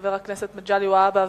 חבר הכנסת מגלי והבה,